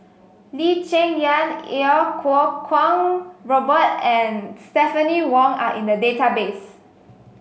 Lee Cheng Yan Iau Kuo Kwong Robert and Stephanie Wong are in the database